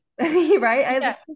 right